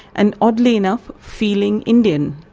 and oddly enough, feeling indian,